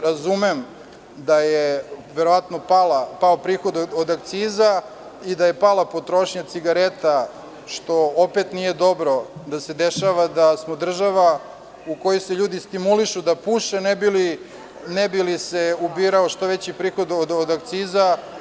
Razumem da je verovatno pao prihod od akciza i da je pala potrošnja cigareta, što opet nije dobro da se dešava, da smo država u kojoj se ljudi stimulišu da puše, ne bi li se ubirao što veći prihod od akciza.